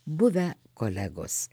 buvę kolegos